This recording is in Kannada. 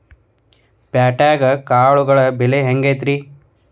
ಪ್ಯಾಟ್ಯಾಗ್ ಕಾಳುಗಳ ಬೆಲೆ ಹೆಂಗ್ ಐತಿ?